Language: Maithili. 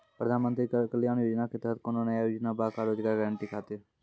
प्रधानमंत्री कल्याण योजना के तहत कोनो नया योजना बा का रोजगार गारंटी खातिर?